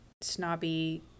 snobby